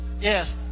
Yes